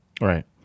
Right